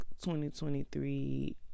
2023